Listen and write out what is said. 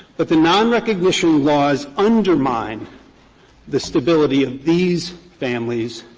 but the non-recognition laws undermine the stability of these families,